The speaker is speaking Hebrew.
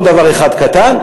ועוד דבר אחד קטן,